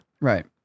Right